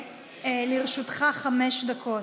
לרשותך חמש דקות.